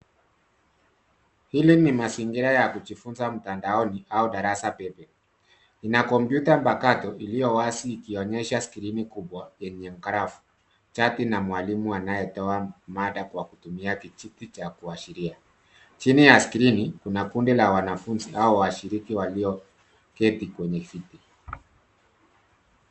Hili ni mazingira ya kujifunza mtandaoni au darasa pepe. Ina kompyuta mpakato iliyowazi ikionyesha skrini kubwa yenye grafu, chati na mwalimu anayetoa mada kwa kutumia kijiti cha kuashiria. Chini ya skrini kuna kundi la wanafunzi au washiriki walioketi kwenye viti.